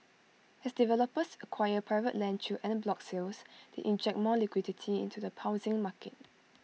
as developers acquire private land through en bloc sales they inject more liquidity into the housing market